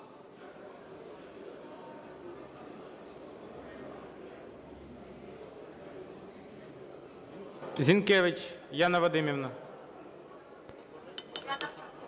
Зінкевич Яна Вадимівна.